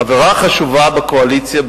חברה חשובה בקואליציה,